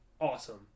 awesome